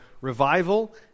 revival